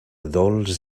dolç